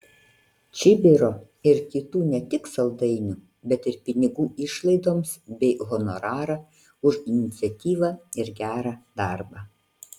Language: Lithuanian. čibiro ir kitų ne tik saldainių bet ir pinigų išlaidoms bei honorarą už iniciatyvą ir gerą darbą